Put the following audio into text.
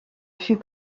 fut